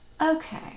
Okay